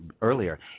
earlier